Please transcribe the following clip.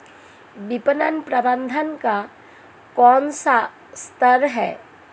विपणन प्रबंधन का कौन सा स्तर है?